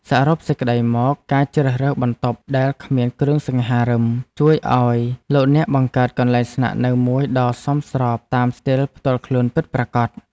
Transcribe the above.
សរុបសេចក្ដីមក ការជ្រើសរើសបន្ទប់ដែលគ្មានគ្រឿងសង្ហារិមជួយឱ្យលោកអ្នកបង្កើតកន្លែងស្នាក់នៅមួយដ៏សមស្របតាមស្ទីលផ្ទាល់ខ្លួនពិតប្រាកដ។